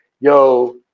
yo